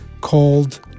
called